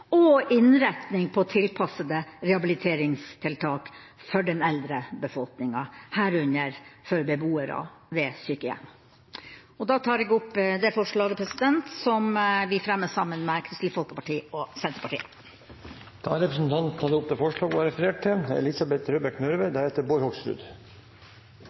og innretning på tilpassede rehabiliteringstiltak for den eldre befolkninga, herunder for beboere ved sykehjem. Jeg tar opp det forslaget som vi fremmer sammen med Kristelig Folkeparti og Senterpartiet. Representanten Tove Karoline Knutsen har tatt opp det forslaget hun refererte til.